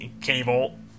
cable